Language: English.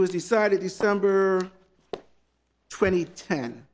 it was decided december twenty t